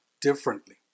differently